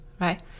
Right